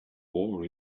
war